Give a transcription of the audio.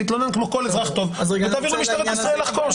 תתלונן כמו כל אזרח טוב ותעבירו למשטרת ישראל לחקור,